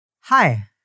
Hi